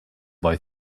boy